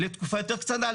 לתקופה יותר קטנה,